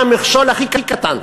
חוק-יסוד, חוק-יסוד.